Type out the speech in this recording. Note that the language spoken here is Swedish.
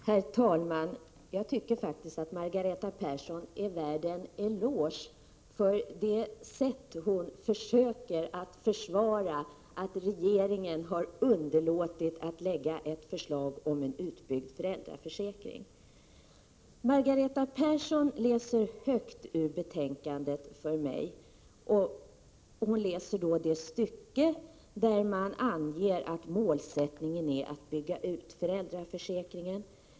Herr talman! Margareta Persson är värd en eloge för det sätt på vilket hon försöker försvara att regeringen har underlåtit att lägga fram ett förslag om en utbyggd föräldraförsäkring. Margareta Persson läser högt ur betänkandet för mig, och hon läser det stycke där det anges att målsättningen är att bygga ut föräldraförsäkringen.